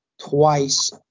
twice